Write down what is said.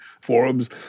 forums